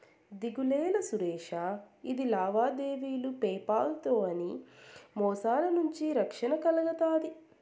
దిగులేలా సురేషా, ఇది లావాదేవీలు పేపాల్ తో అన్ని మోసాల నుంచి రక్షణ కల్గతాది